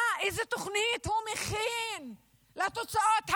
מה, איזו תוכנית הוא מכין לתוצאות המבישות,